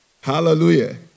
Hallelujah